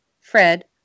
Fred